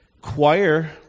choir